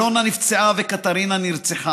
אלונה נפצעה וקתרינה נרצחה,